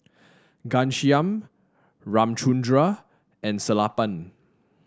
Ghanshyam Ramchundra and Sellapan